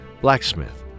blacksmith